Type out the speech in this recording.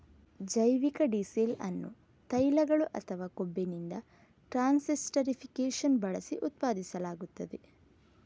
ಜೈವಿಕ ಡೀಸೆಲ್ ಅನ್ನು ತೈಲಗಳು ಅಥವಾ ಕೊಬ್ಬಿನಿಂದ ಟ್ರಾನ್ಸ್ಸೆಸ್ಟರಿಫಿಕೇಶನ್ ಬಳಸಿ ಉತ್ಪಾದಿಸಲಾಗುತ್ತದೆ